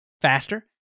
faster